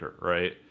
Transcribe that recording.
right